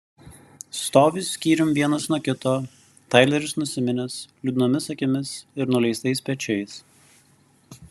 stovi skyrium vienas nuo kito taileris nusiminęs liūdnomis akimis ir nuleistais pečiais